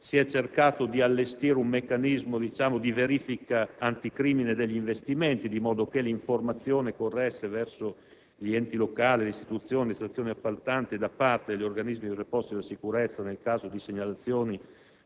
si è cercato di allestire un meccanismo di verifica anticrimine degli investimenti, di modo che l'informazione corresse verso gli enti locali, le istituzioni, le stazioni appaltanti e da parte degli organismi preposti alla sicurezza nel caso di segnalazioni